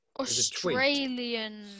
Australian